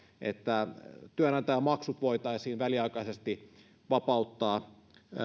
että työnantajamaksut voitaisiin väliaikaisesti vapauttaa